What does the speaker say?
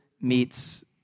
meets